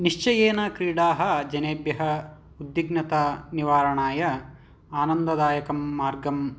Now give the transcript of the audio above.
निश्चयेन क्रीडाः जनेभ्यः उद्विघ्नतानिवाराय आनन्ददायकं मार्गं